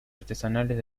artesanales